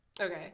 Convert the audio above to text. okay